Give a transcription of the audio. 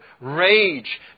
rage